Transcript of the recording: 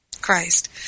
Christ